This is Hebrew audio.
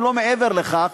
אם לא מעבר לכך,